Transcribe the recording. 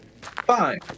Fine